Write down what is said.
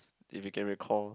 if you can recall